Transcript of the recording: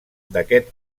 d’aquest